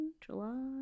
july